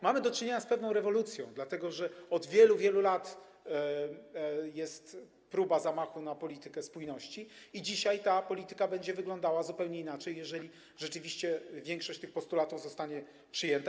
Mamy do czynienia z pewną rewolucją, dlatego że od wielu, wielu lat jest próba zamachu na politykę spójności i dzisiaj ta polityka będzie wyglądała zupełnie inaczej, jeżeli rzeczywiście większość tych postulatów zostanie przyjęta.